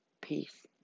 Peace